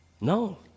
No